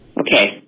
Okay